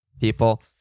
people